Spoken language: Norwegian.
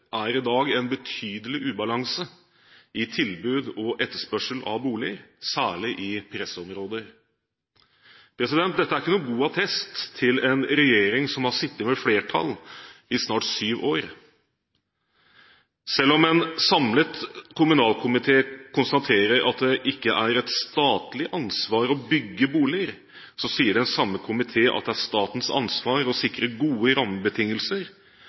i dag er en betydelig ubalanse i tilbud og etterspørsel knyttet til boliger, særlig i pressområder. Dette er ikke noen god attest til en regjering som har sittet med flertall i snart syv år. Selv om en samlet kommunalkomité konstaterer at det ikke er et statlig ansvar å bygge boliger, sier den samme komité at det er statens ansvar å sikre gode rammebetingelser